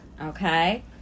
okay